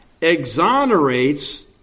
exonerates